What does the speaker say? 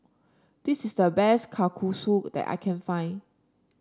this is the best Kalguksu that I can find